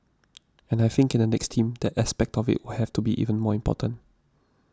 and I think in the next team that aspect of it will have to be even more important